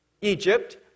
Egypt